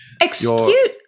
Excuse